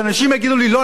שאנשים יגידו לי: לא,